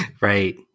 Right